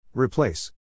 Replace